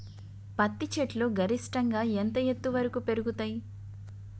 పత్తి చెట్లు గరిష్టంగా ఎంత ఎత్తు వరకు పెరుగుతయ్?